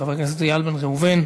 חבר הכנסת איל בן ראובן,